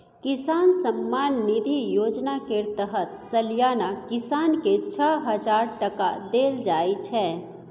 किसान सम्मान निधि योजना केर तहत सलियाना किसान केँ छअ हजार टका देल जाइ छै